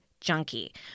Junkie